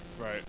Right